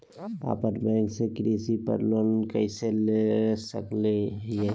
अपना बैंक से कृषि पर लोन कैसे ले सकअ हियई?